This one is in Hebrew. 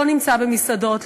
לא נמצא במסעדות,